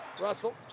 Russell